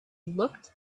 looked